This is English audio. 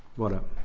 what i'm